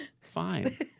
fine